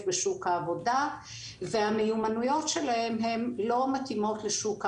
בשוק העבודה והמיומנויות שלהן לא מתאימות לשוק העבודה,